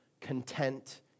content